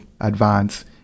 advance